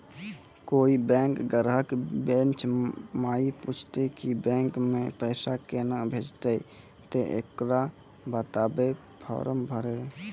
कोय बैंक ग्राहक बेंच माई पुछते की बैंक मे पेसा केना भेजेते ते ओकरा बताइबै फॉर्म भरो